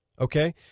Okay